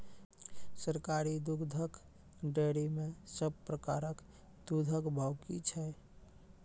सरकारी दुग्धक डेयरी मे सब प्रकारक दूधक भाव की छै?